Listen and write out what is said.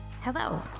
Hello